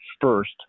first